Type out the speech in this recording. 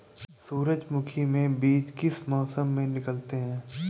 सूरजमुखी में बीज किस मौसम में निकलते हैं?